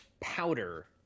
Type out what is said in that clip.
powder